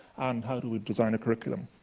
and how do we design a curriculum?